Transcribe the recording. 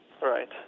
Right